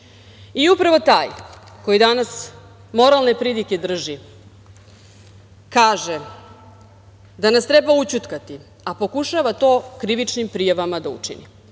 miliona, Upravo taj koji danas moralne pridike drži kaže da nas treba ućutkati, a pokušava to krivičnim prijavama da učini.